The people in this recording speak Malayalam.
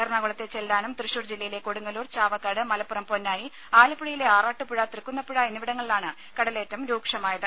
എറണാകുളത്തെ ചെല്ലാനം തൃശൂർ ജില്ലയിലെ കൊടുങ്ങല്ലൂർ ചാവക്കാട് മലപ്പുറം പൊന്നാനി ആലപ്പുഴയിലെ ആറാട്ടുപുഴ തൃക്കുന്നപ്പുഴ എന്നിവിടങ്ങളിലാണ് കടലേറ്റം രൂക്ഷമായത്